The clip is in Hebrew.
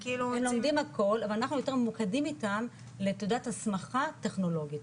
הם לומדים הכול אבל אנחנו יותר ממוקדים איתם לתעודת הסמכה טכנולוגית,